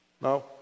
Now